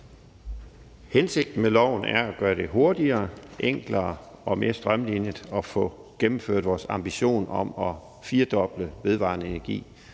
Hensigten med loven er at gøre det hurtigere, enklere og mere strømlinet at få gennemført vores ambition om at firdoble vedvarende energi